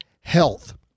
Health